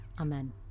Amen